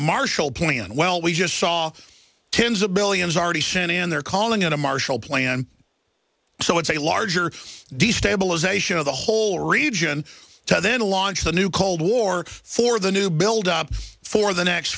marshal plan well we just saw tens of billions already sent and they're calling it a marshall plan so it's a larger destabilization of the whole region then launched a new cold war for the new build up for the next